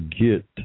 get